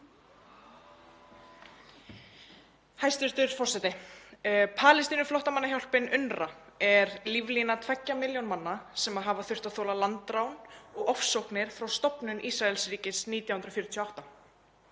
Hæstv. forseti. Palestínuflóttamannahjálpin UNRWA er líflína tveggja milljón manna sem hafa þurft að þola landrán og ofsóknir frá stofnun Ísraelsríkis 1948.